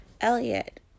Elliot